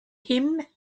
him